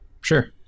sure